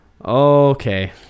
Okay